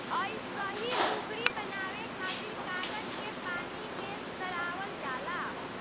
अइसही लुगरी बनावे खातिर कागज के पानी में सड़ावल जाला